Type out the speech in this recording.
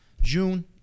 June